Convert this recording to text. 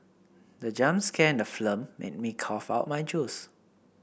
the jump scare in the film made me cough out my juice